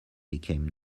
became